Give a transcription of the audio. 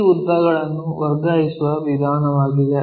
ಈ ಉದ್ದಗಳನ್ನು ವರ್ಗಾಯಿಸುವ ವಿಧಾನವಾಗಿದೆ